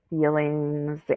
feelings